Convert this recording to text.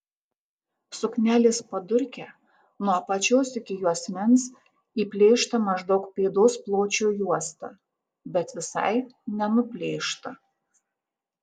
suknelės padurke nuo apačios iki juosmens įplėšta maždaug pėdos pločio juosta bet visai nenuplėšta